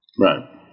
Right